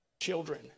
children